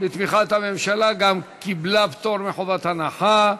בתמיכת הממשלה וגם קיבלה פטור מחובת הנחה.